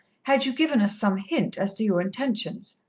had you given us some hint as to your intentions.